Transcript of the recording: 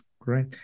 great